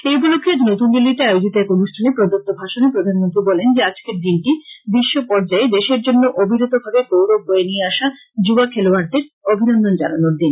এ উপলক্ষে আজ নতনদিল্লীতে আয়োজিত এক অনুষ্ঠানে প্রদত্ত ভাষণে প্রধানমন্ত্রী বলেন যে আজকের দিনটি বিশ্বপর্যায়ে দেশের জন্য অবিরতভাবে গৌরব বয়ে নিয়ে আসা যুবা খলোয়াড়দের অভিনন্দন জানানোর দিন